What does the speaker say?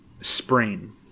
sprain